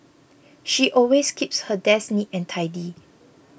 she always keeps her desk neat and tidy